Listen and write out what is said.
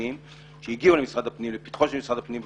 הפנים שכאשר הגיעו לפתחו של משרד הפנים,